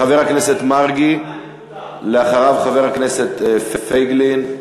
חבר הכנסת מרגי, ואחריו, חבר הכנסת פייגלין.